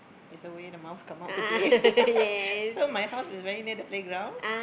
is away the mouse come out to play so my house is very near the playground